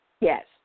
Yes